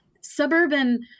suburban